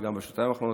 וגם בשנתיים האחרונות,